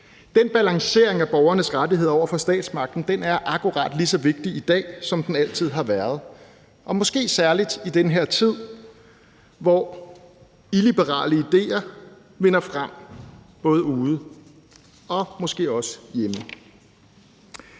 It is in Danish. Den balancering af borgernes rettigheder over for statsmagten er akkurat lige så vigtig i dag, som den altid har været, og måske særlig i den her tid, hvor illiberale idéer vinder frem både ude og måske også hjemme.